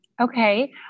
Okay